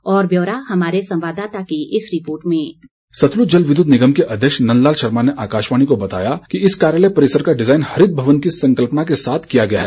और ब्यौरे के साथ हमारे संवाददाता की ये रिपोर्ट डिस्पैच सतलूज जल विद्युत निगम के अध्यक्ष नन्द लाल शर्मा ने अकाशवाणी को बताया कि इस कार्यालय परिसर का डिजाइन हरित भवन की संकल्पना के साथ किया गया है